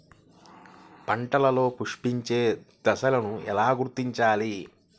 పంటలలో పుష్పించే దశను ఎలా గుర్తించాలి?